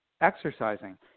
exercising